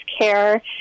care